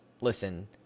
listen